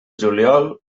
juliol